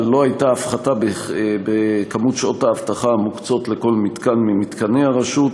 אבל לא הייתה הפחתה במספר שעות האבטחה המוקצות לכל מתקן ממתקני הרשות.